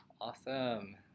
Awesome